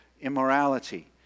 immorality